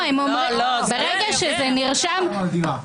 אנחנו דיברנו על דירה.